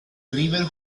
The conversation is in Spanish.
river